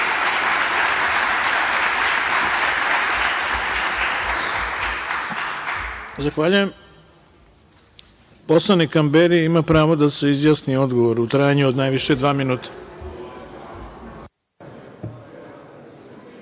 Zahvaljujem. Poslanik Kamberi ima pravo da se izjasni o odgovoru, u trajanju od najviše dva minuta.